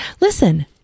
Listen